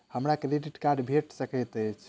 हमरा credit card भेट सकैत अछि?